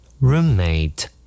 Roommate